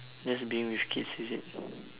just dealing with kids is it